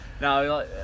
No